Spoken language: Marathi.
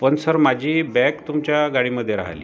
पण सर माझी बॅग तुमच्या गाडीमध्ये राहिली